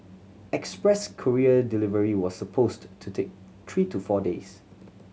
express courier delivery was supposed to take three to four days